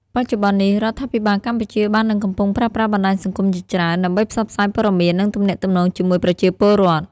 បច្ចុប្បន្ននេះ រដ្ឋាភិបាលកម្ពុជាបាននឹងកំពុងប្រើប្រាស់បណ្ដាញសង្គមជាច្រើន ដើម្បីផ្សព្វផ្សាយព័ត៌មាន និងទំនាក់ទំនងជាមួយប្រជាពលរដ្ឋ។